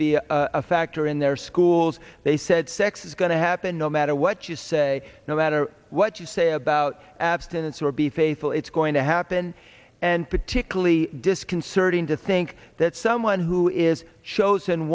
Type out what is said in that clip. be a factor in their schools they said sex is going to happen no matter what you say no matter what you say about abstinence or be faithful it's going to happen and particularly disconcerting to think that someone who is chosen